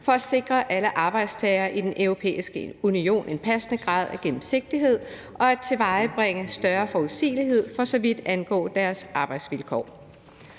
for at sikre alle arbejdstagere i Den Europæiske Union en passende grad af gennemsigtighed og at tilvejebringe større forudsigelighed, for så vidt angår deres arbejdsvilkår.